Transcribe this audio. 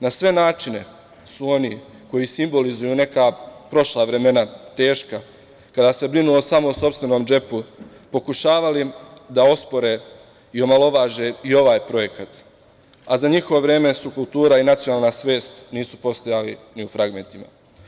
Na sve načine su oni koji simbolizuju neka prošla vremena, teška, kada se brinulo samo o sopstvenom džepu, pokušavali da ospore i omalovaže i ovaj projekat, a za njihovo vreme kultura i nacionalna svest nisu postojali ni u fragmentima.